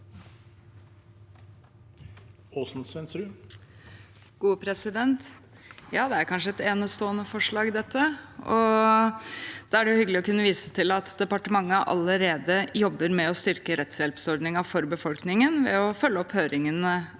(A) Ja, dette er kanskje et enestående forslag. Da er det hyggelig å kunne vise til at departementet allerede jobber med å styrke rettshjelpsordningen for befolkningen ved å følge opp høringen av